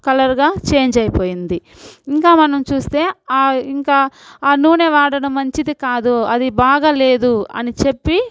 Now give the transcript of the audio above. కలర్గా చేంజ్ అయిపోయింది ఇంకా మనం చూస్తే ఇంకా ఆ నూనె వాడడం మంచిది కాదు అది బాగాలేదు అని చెప్పి